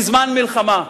בזמן מלחמה.